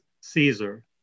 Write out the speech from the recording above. Caesar